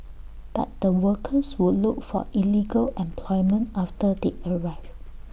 but the workers would look for illegal employment after they arrive